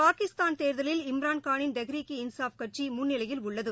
பாகிஸ்தான் தேர்தலில் இம்ரான்கானின் தெஹ்ரிகே இன்சாஃப் கட்சிமுன்னிலையில் உள்ளது